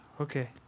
Okay